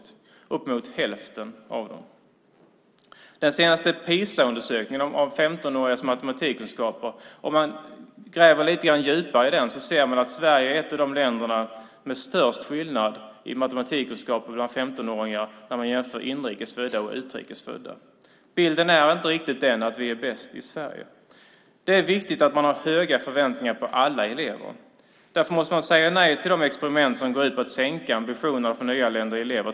Det är uppemot hälften av dem som inte gör det. Om man gräver lite djupare i den senaste PISA-undersökningen om 15-åringars matematikkunskaper ser man att Sverige är ett av de länder som har störst skillnad i matematikkunskaper bland 15-åringar när man jämför inrikes och utrikes födda. Bilden är inte riktigt den att vi är bäst i Sverige. Det är viktigt att man har höga förväntningar på alla elever. Därför måste man säga nej till de experiment som går ut på att sänka ambitionerna för nyanlända elever.